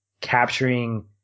capturing